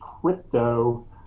crypto